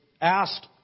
asked